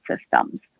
systems